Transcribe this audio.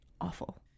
awful